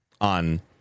on